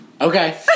Okay